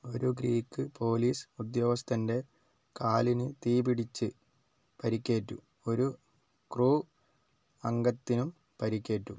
ഒരു Greek police ഉദ്യോഗസ്ഥൻ്റെ കാലിന് തീപിടിച്ച് പരിക്കേറ്റു ഒരു ക്രൂ അംഗത്തിനും പരിക്കേറ്റു